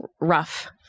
Rough